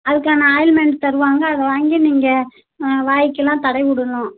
அதுக்கான ஆயில்மெண்ட் தருவாங்க அதை வாங்கி நீங்கள் வாங்க்கில்லாம் தடவி விடுணும்